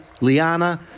Liana